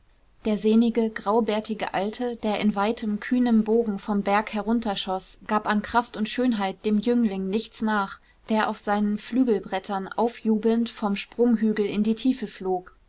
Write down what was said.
der sehnige graubärtige alte der in weitem kühnem bogen vom berg herunterschoß gab an kraft und schönheit dem jüngling nichts nach der auf seinen flügelbrettern aufjubelnd vom sprunghügel in die tiefe flog